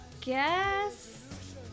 guess